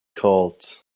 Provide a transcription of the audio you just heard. called